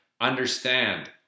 understand